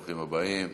ברוכים הבאים,